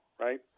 right